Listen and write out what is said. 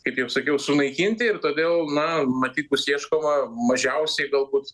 kaip jau sakiau sunaikinti ir todėl na matyt bus ieškoma mažiausiai galbūt